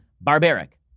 barbaric